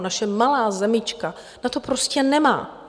Naše malá zemička na to prostě nemá.